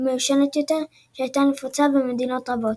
המיושנת יותר שהייתה נפוצה במדינות רבות.